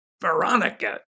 Veronica